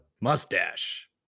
mustache